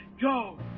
go